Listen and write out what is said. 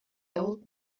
old